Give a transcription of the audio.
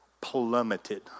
plummeted